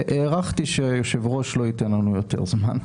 הערכתי שהיושב-ראש לא ייתן לנו יותר זמן,